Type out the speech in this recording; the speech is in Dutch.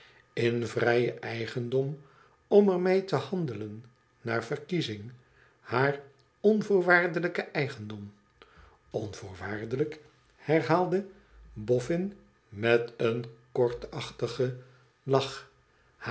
in vrijen eigendom om ermee te handelen naar verkiezing haar onvoorwaardelijk eigendom onvoorwaardelijk herhaalde bofïin met een kortachtigen lach